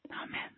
Amen